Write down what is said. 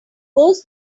course